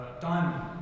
diamond